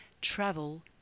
travel